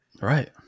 Right